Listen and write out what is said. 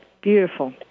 Beautiful